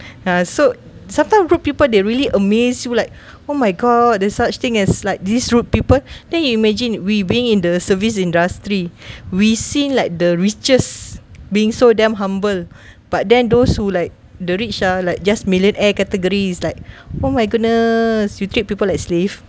ah so sometimes rude people they really amaze you like oh my god there's such thing as like these rude people then imagine we being in the service industry we seen like the richest being so damn humble but then those who like the rich ah like just millionaire categories like oh my goodness you treat people like slave